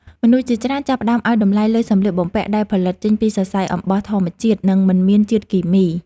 មនុស្សជាច្រើនចាប់ផ្តើមឱ្យតម្លៃលើសម្លៀកបំពាក់ដែលផលិតចេញពីសរសៃអំបោះធម្មជាតិនិងមិនមានជាតិគីមី។